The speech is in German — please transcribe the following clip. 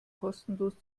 kostenlos